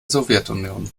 sowjetunion